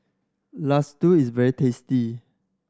laddu is very tasty